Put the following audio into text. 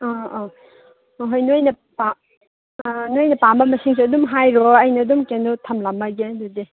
ꯑꯥ ꯑꯥ ꯍꯣꯏ ꯅꯣꯏꯅ ꯑꯥ ꯅꯣꯏꯅ ꯄꯥꯝꯕ ꯃꯁꯤꯡꯁꯨ ꯑꯗꯨꯝ ꯍꯥꯏꯔꯣ ꯑꯩꯅ ꯑꯗꯨꯝ ꯀꯩꯅꯣ ꯊꯝꯂꯝꯂꯒꯦ ꯑꯗꯨꯗꯤ